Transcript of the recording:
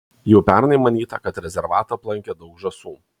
jau pernai manyta kad rezervatą aplankė daug žąsų